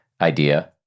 idea